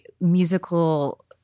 musical